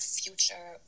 future